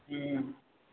हूँ